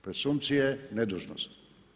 Presumpcije nedužnosti.